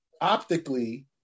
Optically